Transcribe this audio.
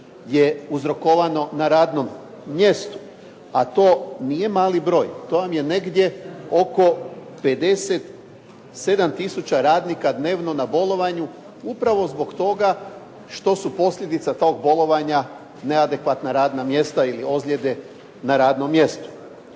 je uzrokovano na radnom mjestu, a to nije mali broj. To vam je negdje oko 57 tisuća radnika dnevno na bolovanju upravo zbog toga što su posljedica tog bolovanja neadekvatna radna mjesta ili ozljede na radnom mjestu.